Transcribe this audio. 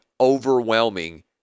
overwhelming